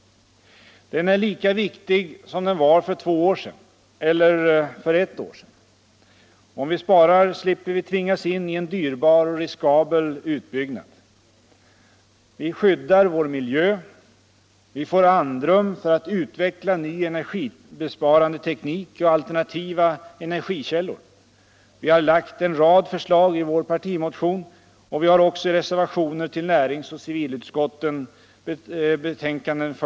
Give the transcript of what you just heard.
Den är lika viktig nu som den var för två år sedan eller för ett år sedan. Om vi sparar slipper vi tvingas in i en dyrbar och riskabel utbyggnad. Vi skyddar vår miljö. Vi får bättre andrum för att utveckla ny energibesparande teknik och alternativa energikällor. Vi har lagt en rad förslag i vår partimotion, och vi har också följt upp dessa i reservationer till näringsutskottets och civilutskottets betänkanden.